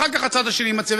אחר כך הצד השני מציע,